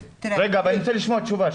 רגע, אני רוצה לשמוע תשובה.